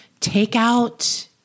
takeout